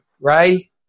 Ray